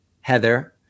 Heather